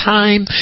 time